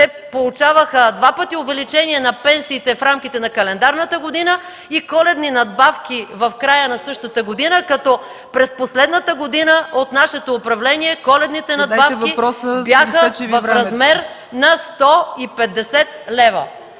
– получаваха два пъти увеличение на пенсиите в рамките на календарната година и коледни надбавки в края на същата година. През последната година от нашето управление коледните надбавки бяха в размер на 150 лв.